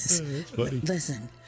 Listen